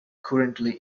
currently